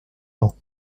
ans